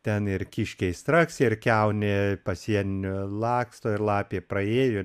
ten ir kiškiai straksi ir kiaunė pasieny laksto ir lapė praėjo